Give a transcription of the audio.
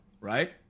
right